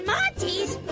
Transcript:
Monty's